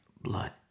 blood